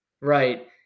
Right